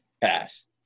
pass